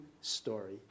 story